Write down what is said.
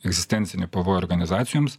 egzistencinį pavojų organizacijoms